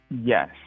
Yes